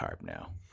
now